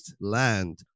land